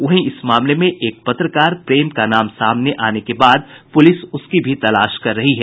वहीं इस मामले में एक पत्रकार प्रेम का नाम सामने आने के बाद पुलिस उसकी भी तलाश कर रही है